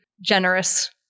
generous